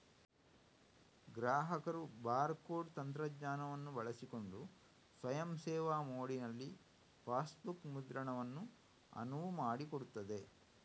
ಗ್ರಾಹಕರು bar code ತಂತ್ರಜ್ಞಾನವನ್ನು ಬಳಸಿಕೊಂಡು ಸ್ವಯಂ ಸೇವಾ ಮೋಡಿನಲ್ಲಿ ಪಾಸ್ಬುಕ್ ಮುದ್ರಣವನ್ನು ಅನುವು ಮಾಡಿಕೊಡುತ್ತದೆ